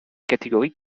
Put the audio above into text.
catégorie